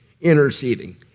interceding